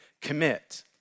commit